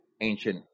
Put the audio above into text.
Ancient